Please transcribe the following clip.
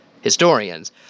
historians